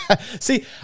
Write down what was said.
See